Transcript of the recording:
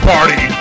Party